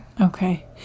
Okay